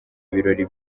ibirori